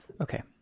Okay